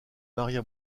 maria